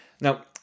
Now